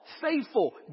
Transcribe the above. faithful